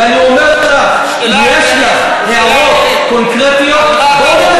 ואני אומר לך, אם יש לך הערות קונקרטיות, בואי